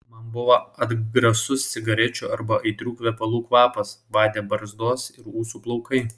man buvo atgrasus cigarečių arba aitrių kvepalų kvapas badė barzdos ir ūsų plaukai